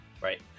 Right